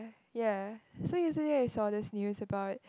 ya so yesterday I saw this news about it